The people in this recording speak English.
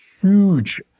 huge